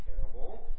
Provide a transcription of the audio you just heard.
terrible